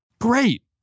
Great